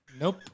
Nope